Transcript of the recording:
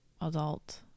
adult